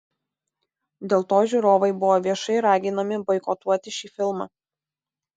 dėl to žiūrovai buvo viešai raginami boikotuoti šį filmą